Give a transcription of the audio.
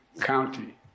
county